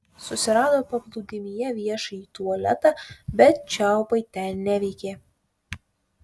susirado paplūdimyje viešąjį tualetą bet čiaupai ten neveikė